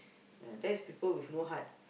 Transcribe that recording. uh that is people with no heart